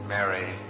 Mary